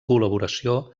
col·laboració